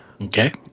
okay